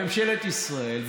ממשלת ישראל,